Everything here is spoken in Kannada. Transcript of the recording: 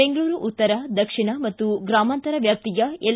ಬೆಂಗಳೂರು ಉತ್ತರ ದಕ್ಷಿಣ ಮತ್ತು ಗ್ರಾಮಾಂತರ ವ್ಯಾಪ್ತಿಯ ಎಲ್